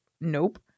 Nope